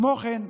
כמו כן,